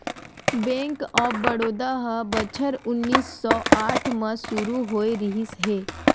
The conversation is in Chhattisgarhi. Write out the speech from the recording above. बेंक ऑफ बड़ौदा ह बछर उन्नीस सौ आठ म सुरू होए रिहिस हे